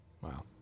Wow